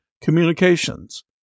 communications